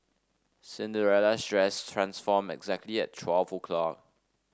Cinderella's dress transformed exactly at twelve o'clock